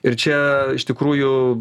ir čia iš tikrųjų